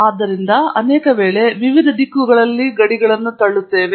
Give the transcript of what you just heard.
ಆದ್ದರಿಂದ ನಾವು ಅನೇಕ ವೇಳೆ ವಿವಿಧ ದಿಕ್ಕುಗಳಲ್ಲಿ ಗಡಿಗಳನ್ನು ತಳ್ಳುತ್ತೇವೆ